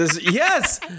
Yes